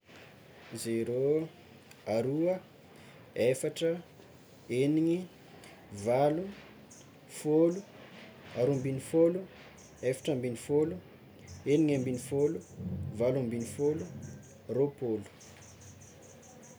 Zero, aroa, efatra, eniny, valo, fôlo, aroa ambin'ny fôlo, efatra ambin'ny fôlo, eniny ambin'ny fôlo, valo ambin'ny fôlo, rôpolo.